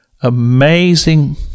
amazing